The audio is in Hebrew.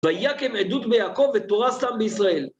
ויקם עדות ביעקב ותורה שם בישראל